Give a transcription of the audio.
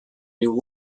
new